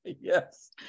Yes